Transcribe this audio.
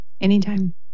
Anytime